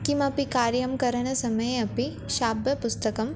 किमपि कार्यं करणसमये अपि श्राव्यपुस्तकं